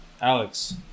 Alex